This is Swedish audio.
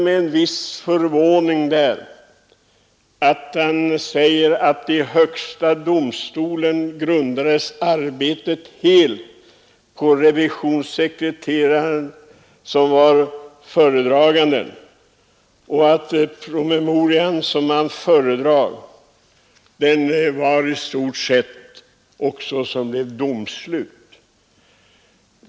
Med en viss förvåning läste jag att arbetet i högsta domstolen helt grundades på den föredragande revisionssekreterarens PM, vilken i stort sett kunde betraktas som ett domslut.